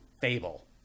Fable